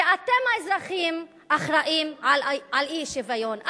שאתם האזרחים אחראים לאי-שוויון,